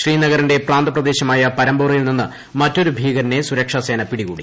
ശ്രീനഗറിന്റെ പ്രാന്തപ്രദേശമായ പരിമ്പോറയിൽ നിന്ന് മറ്റൊരു ഭീകരനെ സുരക്ഷാസേന പിടികൂടി